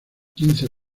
quince